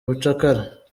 ubucakara